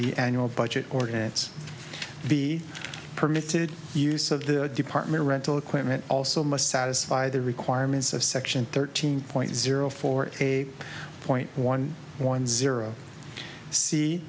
the annual budget ordinance be permitted use of the department rental equipment also must satisfy the requirements of section thirteen point zero four a point one one zero see